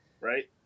right